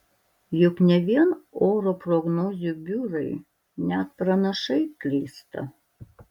juk ne vien oro prognozių biurai net pranašai klysta